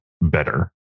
better